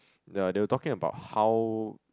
the they were talking about how